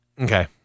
Okay